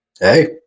hey